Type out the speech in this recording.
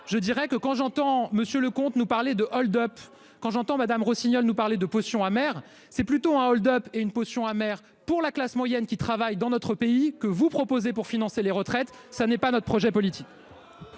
je dirais que quand j'entends monsieur le comte nous parler de hold-up. Quand j'entends Madame Rossignol nous parler de potion amère. C'est plutôt un hold-up et une potion amère pour la classe moyenne, qui travaillent dans notre pays que vous proposez pour financer les retraites, ça n'est pas notre projet politique.